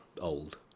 Old